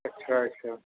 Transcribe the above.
अच्छा अच्छा